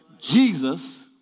Jesus